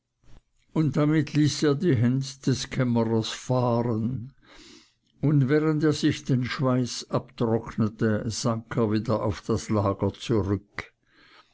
und damit ließ er die hand des kämmerers fahren und während er sich den schweiß abtrocknete sank er wieder auf das lager zurück